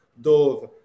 dove